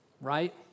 right